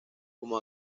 como